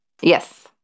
Yes